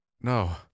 No